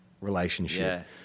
relationship